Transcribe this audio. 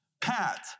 Pat